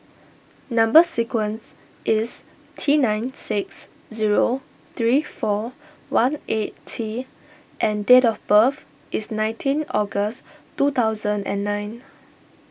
Number Sequence is T nine six zero three four one eight T and date of birth is nineteen August two thousand and nine